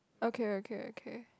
okay okay okay